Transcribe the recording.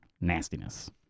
nastiness